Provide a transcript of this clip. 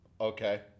Okay